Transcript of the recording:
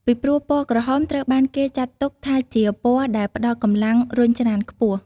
ពីព្រោះពណ៌ក្រហមត្រូវបានគេចាត់ទុកថាជាពណ៌ដែលផ្តល់កម្លាំងរុញច្រានខ្ពស់។